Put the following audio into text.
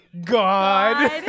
God